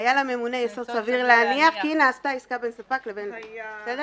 "היה לממונה יסוד סביר להניח כי נעשתה עסקה בין ספק לבין לקוח".